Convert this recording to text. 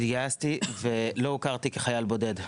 התגייסתי ולא הוכרתי כחייל בודד.